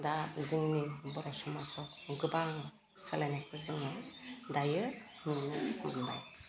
दा जोंनि बर' समाजाव गोबां सोलायनायखौ जोङो दायो नुनो मोनबाय